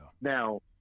Now